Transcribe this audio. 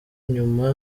nyuma